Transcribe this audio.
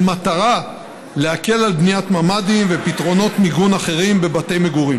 במטרה להקל על בניית ממ"דים ופתרונות מיגון אחרים בבתי מגורים,